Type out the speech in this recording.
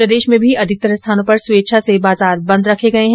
प्रदेश में भी अधिकतर स्थानों पर स्वेच्छा से बाजार बंद रखे गये है